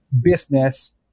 business